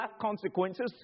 consequences